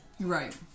right